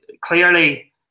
clearly